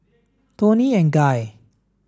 Toni and Guy